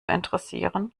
interessieren